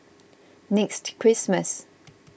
next Christmas